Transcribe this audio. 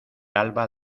alba